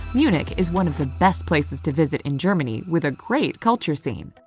munich is one of the best places to visit in germany with a great culture scene.